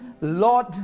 Lord